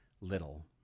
little